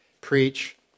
preach